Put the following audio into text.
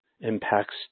impacts